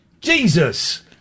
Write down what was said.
Jesus